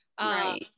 Right